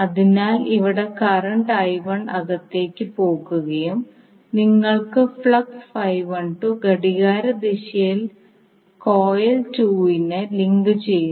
അതിനാൽ ഇവിടെ കറന്റ് അകത്തേക്ക് പോകുകയും നിങ്ങൾക്ക് ഫ്ലക്സ് ഘടികാരദിശയിൽ കോയിൽ 2 നെ ലിങ്കുചെയ്യുന്നു